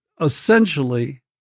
Essentially